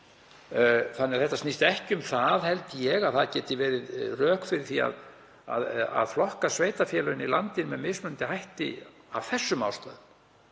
Þannig að þetta snýst ekki um það, held ég, að það geti verið rök fyrir því að flokka sveitarfélögin í landinu með mismunandi hætti af þessum ástæðum,